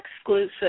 exclusive